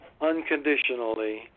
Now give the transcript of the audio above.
unconditionally